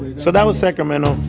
so that was sacramento.